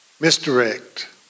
Misdirect